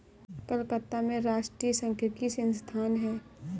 कलकत्ता में राष्ट्रीय सांख्यिकी संस्थान है